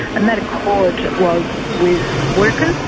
and that accord was with workers,